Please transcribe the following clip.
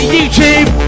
YouTube